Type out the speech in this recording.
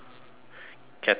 capitalism